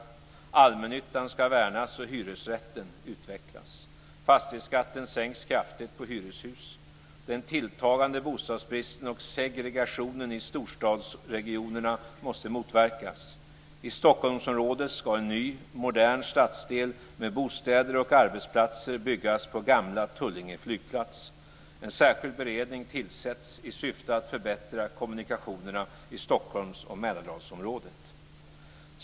Allmännyttan ska värnas och hyresrätten utvecklas. Fastighetsskatten sänks kraftigt på hyreshus. Den tilltagande bostadsbristen och segregationen i storstadsregionerna måste motverkas. I Stockholmsområdet ska en ny, modern stadsdel med bostäder och arbetsplatser byggas på gamla Tullinge flygplats. En särskild beredning tillsätts i syfte att förbättra kommunikationerna i Stockholms och Mälardalsområdet.